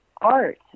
art